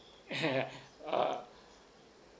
uh